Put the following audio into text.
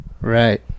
Right